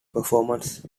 performance